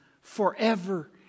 forever